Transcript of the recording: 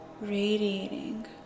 radiating